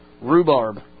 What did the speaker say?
Rhubarb